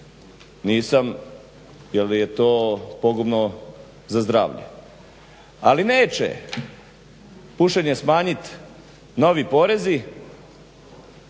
nisam jel je to pogubno za zdravlje, ali neće pušenje smanjiti novi porezi